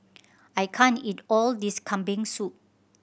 I can't eat all this Kambing Soup